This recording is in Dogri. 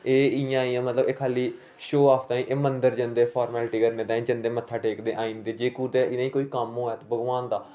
एह् इयां गै मतलब खाली शो आफ तांई मंदर जंदे फार्मिलटी करने तांई जंदे मत्था टेकदे ते आई जंदे जे कुतै इनेंगी कोई कम्म होऐ ते भगबान दा